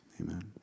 Amen